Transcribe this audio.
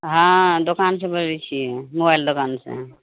अहाँ दोकानसँ बजय छी मोबाइल दोकानसँ